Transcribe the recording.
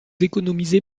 économisez